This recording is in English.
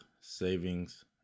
savings